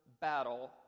battle